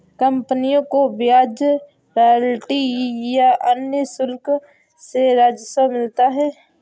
कंपनियों को ब्याज, रॉयल्टी या अन्य शुल्क से राजस्व मिलता है